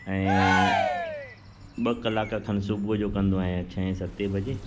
ऐं ॿ कलाक खनि सुबुह जो कंदो आहियां छह सते बजे